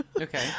Okay